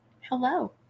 Hello